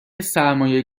سرمایه